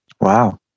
Wow